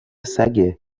سگه